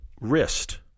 wrist